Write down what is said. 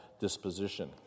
disposition